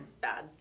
bad